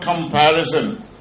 comparison